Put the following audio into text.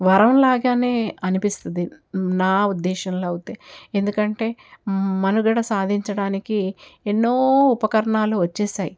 వరం లాగానే అనిపిస్తుంది నా ఉద్దేశంలో అయితే ఎందుకంటే మనుగడ సాధించడానికి ఎన్నో ఉపకరణాలు వచ్చేసాయి